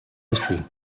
history